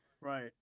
Right